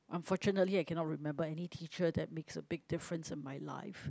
unfortunately I cannot remember any teacher that makes a big difference in my life